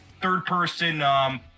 third-person